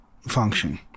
function